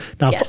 Now